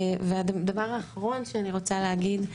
הדבר האחרון שאני רוצה להגיד,